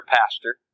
pastor